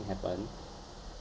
happen